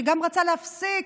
שגם רצה להפסיק